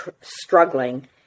struggling